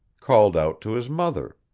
called out to his mother.